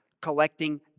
collecting